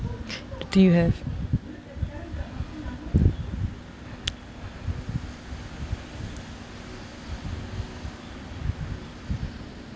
do you have